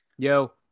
Yo